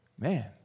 Man